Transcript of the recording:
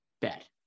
bet